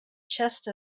chest